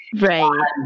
right